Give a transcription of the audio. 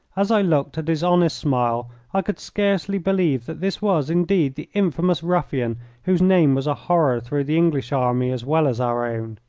as i looked at his honest smile i could scarcely believe that this was, indeed, the infamous ruffian whose name was a horror through the english army as well as our own.